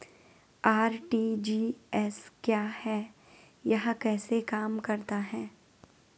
RTGS क्या है यह कैसे काम करता है?